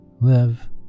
live